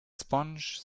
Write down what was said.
sponge